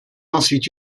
ensuite